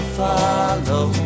follow